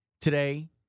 today